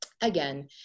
again